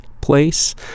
place